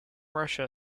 russia